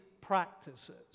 practices